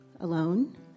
Alone